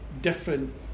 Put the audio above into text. different